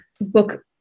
book